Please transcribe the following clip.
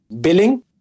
billing